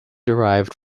derived